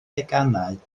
deganau